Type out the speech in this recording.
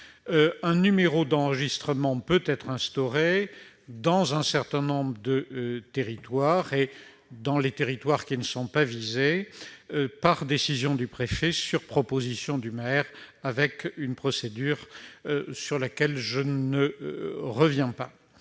un numéro d'enregistrement peut être instauré dans un certain nombre de territoires et, dans les territoires qui ne sont pas visés, par décision du préfet sur proposition du maire par le biais d'une procédure sur laquelle je ne reviens pas.